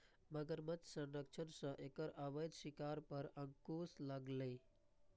मगरमच्छ संरक्षणक सं एकर अवैध शिकार पर अंकुश लागलैए